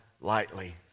lightly